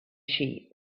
sheep